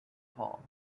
paul